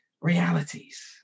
realities